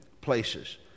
places